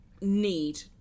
need